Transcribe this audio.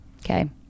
okay